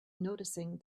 noticing